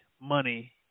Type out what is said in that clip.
money